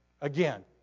again